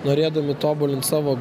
norėdami tobulint savo